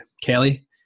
Kelly